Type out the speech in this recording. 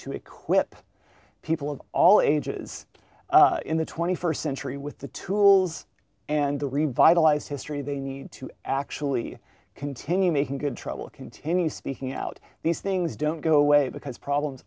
to equip people of all ages in the twenty first century with the tools and the revitalized history they need to actually continue making good trouble continue speaking out these things don't go away because problems